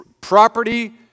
Property